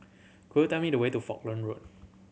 could you tell me the way to Falkland Road